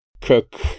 cook